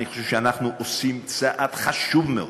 אני חושב שאנחנו עושים צעד חשוב מאוד.